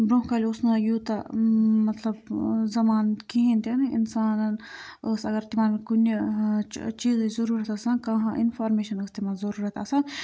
برٛۄنٛہہ کالہِ اوس نہٕ یوٗتاہ مطلب زَمانہٕ کِہیٖنۍ تہِ نہٕ اِنسانَن ٲس اَگَر تِمَن کُنہِ چیٖزٕچ ضٔروٗرت آسان کانٛہہ اِنفارمیٚشَن ٲس تِمَن ضٔروٗرت آسان